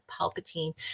Palpatine